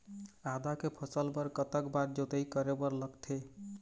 आदा के फसल बर कतक बार जोताई करे बर लगथे?